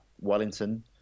Wellington